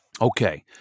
Okay